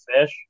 fish